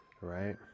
Right